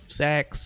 sex